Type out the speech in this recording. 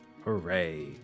Hooray